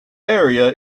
area